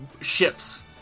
ships